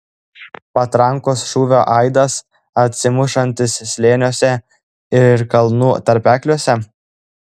patrankos šūvio aidas atsimušantis slėniuose ir kalnų tarpekliuose